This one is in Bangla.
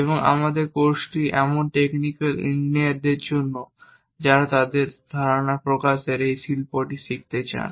এবং আমাদের কোর্সটি এমন টেকনিক্যাল ইঞ্জিনিয়ারদের জন্য যারা তাদের ধারণা প্রকাশের এই শিল্পটি শিখতে চান